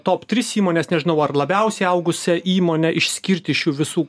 top tris įmones nežinau ar labiausiai augusią įmonę išskirti iš jų visų